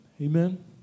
Amen